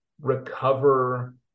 recover